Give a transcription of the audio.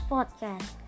Podcast